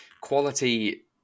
quality